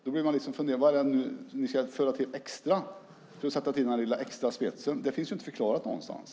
Då börjar man fundera på vad det är för extra som ni ska tillföra för denna lilla extra spets. Det finns inte förklarat någonstans.